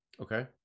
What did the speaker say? okay